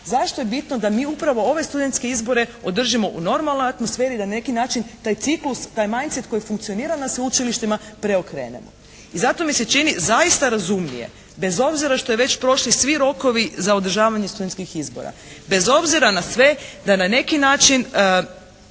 Zašto je bitno da mi upravo ove studentske izbore održimo u normalnoj atmosferi, da na neki način taj ciklus, taj “majncet“ koji funkcionira na sveučilištima preokrenemo. I zato mi se čini zaista razumnije bez obzira što je već prošli svi rokovi za održavanje studentskih izbora, bez obzira na sve da na neki način